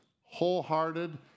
wholehearted